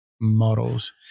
models